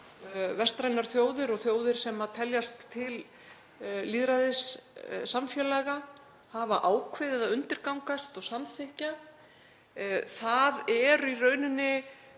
vestrænar þjóðir og þjóðir sem teljast til lýðræðissamfélaga, ákveðið að undirgangast og samþykkja. Það eru í rauninni